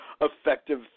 effective